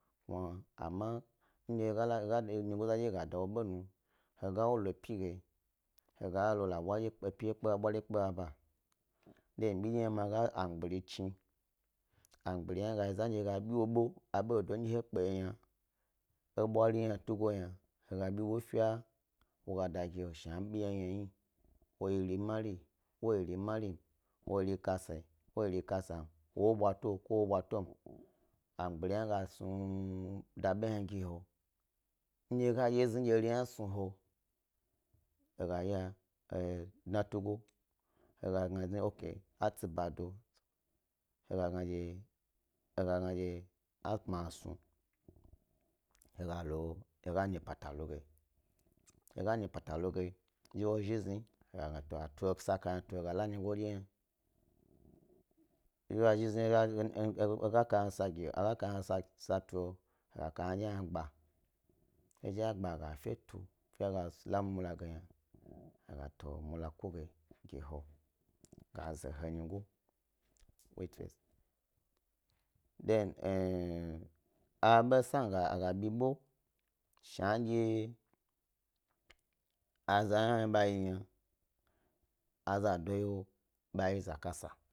Kamar he ga dye nyigoza dye wye ga da wo ɓenu; he ga ewo lopi ge, he ga lo he la e bwari dye kpe baba. Than he ga amgburi chni. Amgburi he wo gayi he ga biwo ɓe abendye he kpe woyin yna e bwari hne tugo tugo lomyna wo ga da ge he fyee, shna bi hne yi yna woyi ri mari, ko woyi eri marim ko wo yi eri kasa, ko wo yi eri kasam wo wobwato ko wo wobwatom, angburi he gas nu… ga da abeh hne ge he, ndye he dye dye eri hna asnu he he gaya he dna tugo he ga gna okay atsi ba do, he ga gnadye he ga gandye a ɓma he snu, he galo, he ga nyi pata lo ge, he ga nyipatalo ge, zhi ɓa zhi zni, he ga gna dye a tu a sa kayna he ga lo nyigo ndye he, zhi ba zhi zhi ena ga kayna sa tuhe, he ga kayna hna gba, he zhi ba gba a ga efe tu fi a gala mula geyna. a tomula ku ge gi he, ga ze he nyigo than a be sni ga bebo, shna aza hna ɓa yi yna, a zado yo, ba yi za kasa.